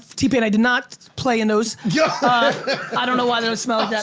t-pain i did not play in those. yeah i don't know why those smell like that.